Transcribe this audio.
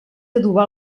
adobar